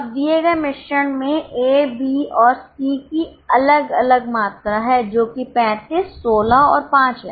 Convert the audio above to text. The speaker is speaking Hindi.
अब दिए गए मिश्रण में A B और C की अलग अलग मात्रा है जो कि 35 16 और 5 है